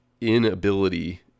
inability